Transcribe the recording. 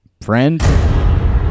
Friend